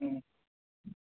ꯎꯝ